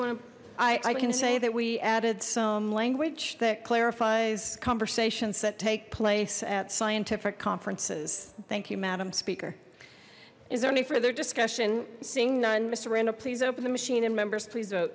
want to i i can say that we added some language that clarifies conversations that take place at scientific conferences thank you madam speaker is there any further discussion seeing none mister ragno please open the machine and members please